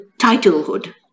titlehood